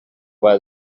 where